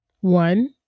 One